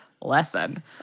lesson